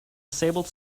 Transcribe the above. disabled